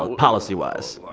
um policy-wise?